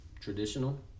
traditional